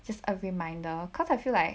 just a reminder cause I feel like